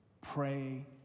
Pray